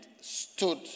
stood